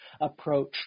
approach